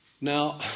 Now